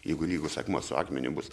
jeigu lygus akmuo su akmeniu bus